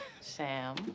Sam